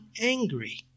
angry